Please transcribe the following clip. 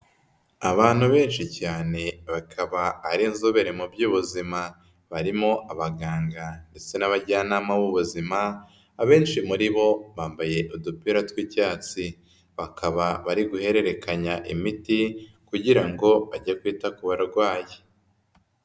Abantu benshi cyane bakaba ari inzobere mu by'ubuzima, barimo abaganga ndetse n'abajyanama b'ubuzima, abenshi muri bo bambaye udupira tw'icyatsi, bakaba bari guhererekanya imiti kugira ngo bage kwita ku barwayi.